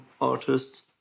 artists